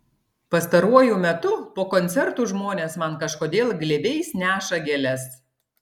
pastaruoju metu po koncertų žmonės man kažkodėl glėbiais neša gėles